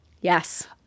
Yes